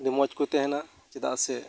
ᱢᱚᱡᱽᱠᱩ ᱛᱟᱦᱮᱱᱟ ᱪᱮᱫᱟᱜ ᱥᱮ